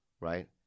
Right